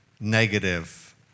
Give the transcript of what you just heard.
negative